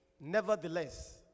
Nevertheless